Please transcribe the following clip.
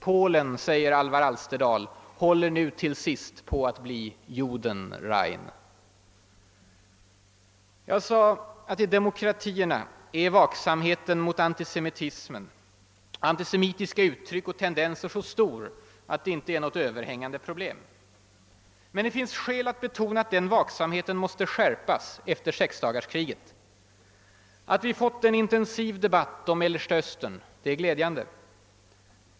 Polen håller, enligt Alvar Alsterdal, på att bli >judenrein>: Jag sade att i demokratierna är vaksamheten mot antisemitiska uttryck och tendenser så stor att det inte är något överhängande problem. Men det finns skäl att betona att den vaksamheten måste skärpas efter sexdagarskriget: Att vi fått en intensiv debatt om Mellersta Östern är glädjande.